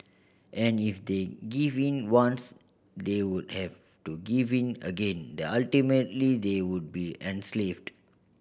and if they give in once they would have to give in again the ultimately they would be enslaved